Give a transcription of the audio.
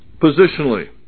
positionally